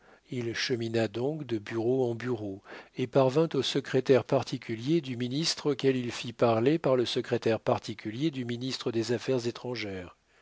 il chemina donc de bureau en bureau et parvint au secrétaire particulier du ministre auquel il fit parler par le secrétaire particulier du ministre des affaires étrangères